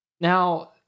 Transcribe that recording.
now